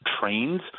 trains